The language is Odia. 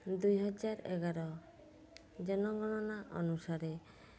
ଦୁଇ ହଜାର ଏଗାର ଜନଗଣନା ଅନୁସାରେ